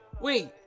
Wait